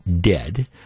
dead